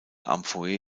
amphoe